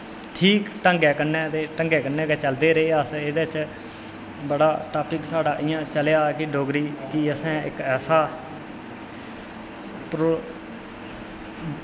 ठीक ढंगै कन्नै ते ठीक ढंगै कन्नै ग चलदे रेह् अस एह्दे च बड़ा टॉपिक साढ़ा चलेआ कि डोगरी गी असें पर ओह्